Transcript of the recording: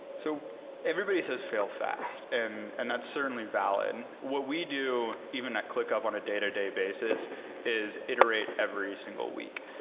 so everybody says fail fast, and and that's certainly valid. what we do even at clickup on a day-to-day basis is iterate every single week.